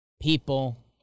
people